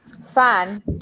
Fan